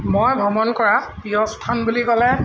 মই ভ্ৰমণ কৰা প্ৰিয় স্থান বুলি ক'লে